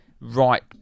right